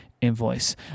invoice